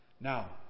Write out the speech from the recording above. Now